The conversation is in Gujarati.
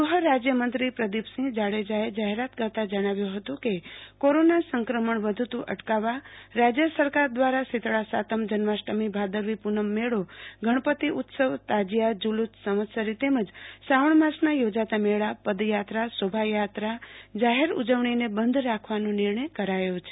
ગૃહરાજયમંત્રી પ્રદિપસિંહ જાડેજાએ જાહેરાત કરતા જણાવ્યુ હતું કે કોરોના સંક્રમણ વધતુ અટકાવવા રાજય સરકાર દ્રારા શીતળા સાતમ જન્માષ્ટમી ભાદરવી પુનમનો મેળો ગણપતિ ઉત્સવ તાજિયા ઝુલુસ સંવત્સરી તેમજ શ્રાવણ માસના યોજાતા મેળા પદયાત્રાશોભાયાત્રા જાહેર ઉજવણીને બંધ રાખવાનો નિર્ણય કરાયો છે